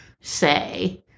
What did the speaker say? say